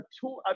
two